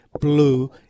blue